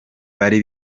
bari